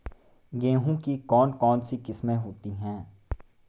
गेहूँ की कौन कौनसी किस्में होती है?